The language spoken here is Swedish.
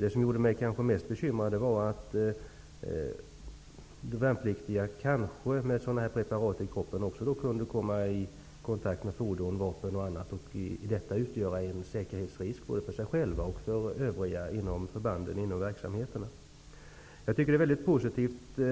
Det som gjorde mig mest bekymrad var att värnpliktiga med sådana här preparat i kroppen kanske också kunde komma i kontakt med fordon, vapen och annat och att de därigenom kunde utgöra en säkerhetsrisk både för sig själva och för övriga inom förbanden och verksamheterna. Jag tycker att